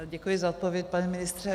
Děkuji za odpověď, pane ministře.